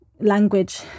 language